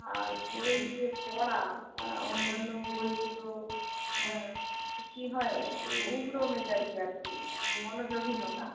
আর বই যে পড়া হ্যাঁ অন্যান্য বইগুলো হ্যাঁ কী হয় একটু উগ্র মেজাজি আর কি মনোযোগহীনতা